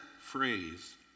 phrase